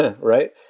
Right